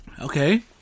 Okay